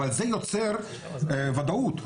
אבל זה יוצר ודאות.